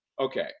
okay